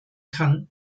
kann